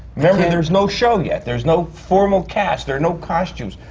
remember, there's no show yet. there's no formal cast. there are no costumes.